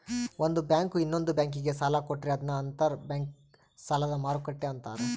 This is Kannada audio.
ಒಂದು ಬ್ಯಾಂಕು ಇನ್ನೊಂದ್ ಬ್ಯಾಂಕಿಗೆ ಸಾಲ ಕೊಟ್ರೆ ಅದನ್ನ ಅಂತರ್ ಬ್ಯಾಂಕ್ ಸಾಲದ ಮರುಕ್ಕಟ್ಟೆ ಅಂತಾರೆ